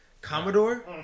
Commodore